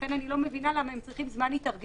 לכן אני לא מבינה למה הם צריכים זמן התארגנות.